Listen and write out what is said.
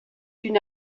une